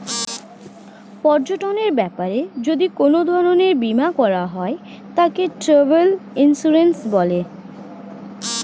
পর্যটনের ব্যাপারে যদি কোন ধরণের বীমা করা হয় তাকে ট্র্যাভেল ইন্সুরেন্স বলে